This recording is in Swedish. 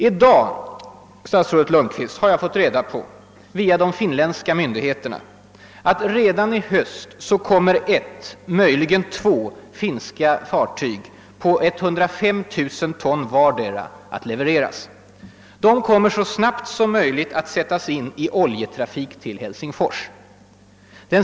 Jag har i dag via de finländska myndigheterna fått uppgift om att redan i höst kommer ett, möjligen två, finska fartyg på 105000 ton vartdera att I1evereras. De fartygen kommer att så snabbt som möjligt sättas in i oljetrafik till Helsingfors.